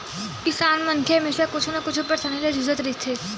किसान मनखे मन हमेसा कुछु न कुछु परसानी ले जुझत रहिथे